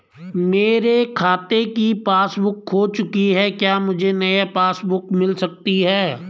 मेरे खाते की पासबुक बुक खो चुकी है क्या मुझे नयी पासबुक बुक मिल सकती है?